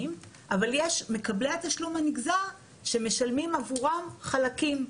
אבל יש מקבלי התשלום הנגזר שמשלמים עבורם חלקים,